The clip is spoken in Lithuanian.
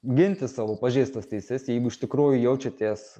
ginti savo pažeistas teises jeigu iš tikrųjų jaučiatės